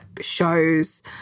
shows